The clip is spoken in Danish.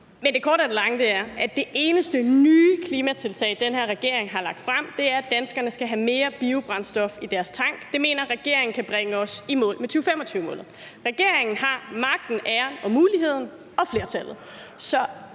det eneste nye klimatiltag, den her regering har lagt frem, er, at danskerne skal have mere biobrændstof i deres tank; det mener regeringen kan bringe os i mål med 2025-målet. Regeringen har magten, æren, muligheden og flertallet,